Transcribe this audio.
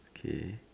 okay